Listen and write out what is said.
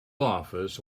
office